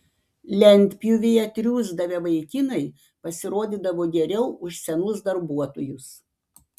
lentpjūvėje triūsdavę vaikinai pasirodydavo geriau už senus darbuotojus